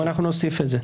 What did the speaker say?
טוב, אנחנו נוסיף את זה.